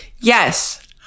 Yes